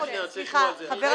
אני רוצה להגיב לזה.